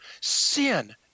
sin